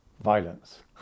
violence